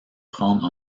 prendre